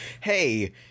Hey